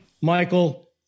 Michael